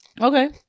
Okay